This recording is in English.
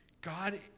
God